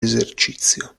esercizio